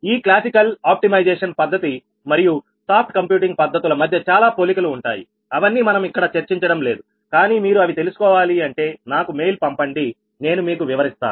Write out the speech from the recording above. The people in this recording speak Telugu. ఈ క్లాసికల్ ఆప్టిమైజేషన్ పద్ధతి మరియు సాఫ్ట్ కంప్యూటింగ్ పద్ధతుల మధ్య చాలా పోలికలు ఉంటాయి అవన్నీ మనం ఇక్కడ చర్చించడం లేదు కానీ మీరు అవి తెలుసుకోవాలి అంటే నాకు మెయిల్ పంపండి నేను మీకు వివరిస్తాను